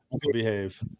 behave